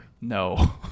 No